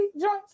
joints